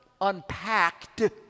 unpacked